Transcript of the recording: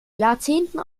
jahrzehnten